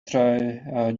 try